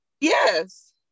Yes